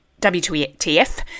WTF